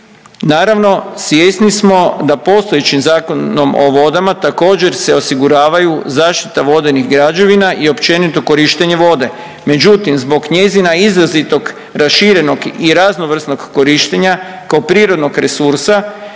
Naravno, svjesni smo da postojećim Zakonom o vodama također se osiguravaju zaštita vodenih građevina i općenito korištenje vode, međutim, zbog njezina izrazitog raširenog i raznovrsnog korištenja kao prirodnog resursa,